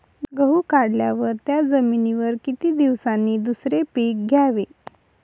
गहू काढल्यावर त्या जमिनीवर किती दिवसांनी दुसरे पीक घ्यावे?